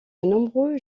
nombreux